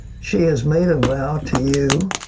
she has made a vow to you,